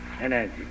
energy